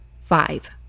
five